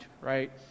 right